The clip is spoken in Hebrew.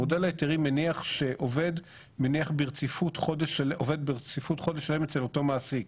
מודל ההיתרים מניח שעובד עובד ברציפות חודש שלם אצל אותו מעסיק,